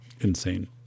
insane